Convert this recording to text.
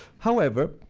however,